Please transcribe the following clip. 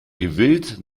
gewillt